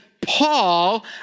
Paul